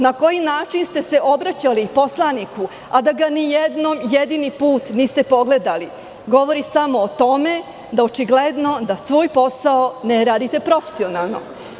Na koji način ste se obraćali poslaniku, a da ga ni jedan jedini put niste pogledali, govori samo o tome da očigledno svoj posao ne radite profesionalno.